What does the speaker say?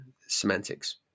semantics